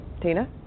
Tina